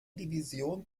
division